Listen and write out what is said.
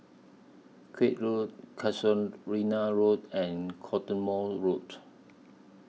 Koek Road Casuarina Road and Cottesmore Road